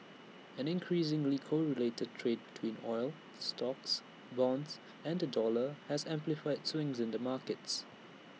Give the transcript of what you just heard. an increasingly correlated trade between oil stocks bonds and the dollar has amplified swings in the markets